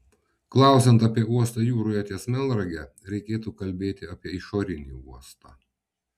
klausiant apie uostą jūroje ties melnrage reikėtų kalbėti apie išorinį uostą